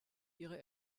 ihre